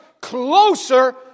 closer